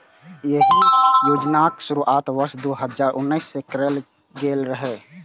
एहि योजनाक शुरुआत वर्ष दू हजार उन्नैस मे कैल गेल रहै